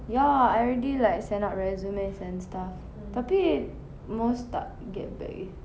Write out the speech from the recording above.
ya I already like send out resumes and stuff tapi most tak get back